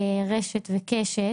רשת וקשת,